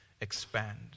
expand